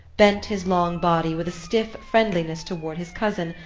bent his long body with a stiff friendliness toward his cousin,